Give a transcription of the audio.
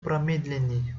промедлений